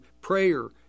Prayer